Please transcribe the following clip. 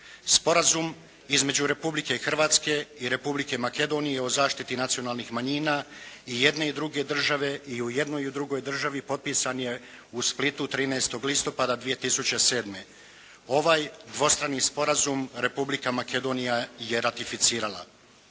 Sporazum između Republike Hrvatske i Republike Makedonije o zaštiti nacionalnih manjina i jedne i druge države, i u jednoj i u drugoj državi potpisan je u Splitu 13. listopada 2007. Ovaj dvostrani sporazum Republika Makedonija je ratificirala.